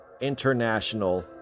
international